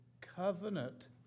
covenant